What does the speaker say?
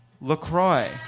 LaCroix